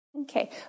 Okay